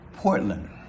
Portland